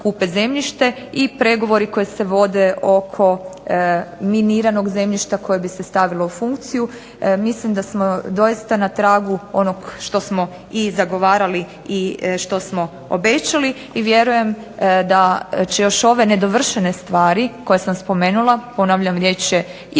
I pregovori koji se vode oko miniranog zemljišta koje bi se stavilo u funkciju mislim da smo doista na tragu onog što smo i zagovarali i što smo obećali. I vjerujem da će još ove nedovršene stvari koje sam spomenula, ponavljam riječ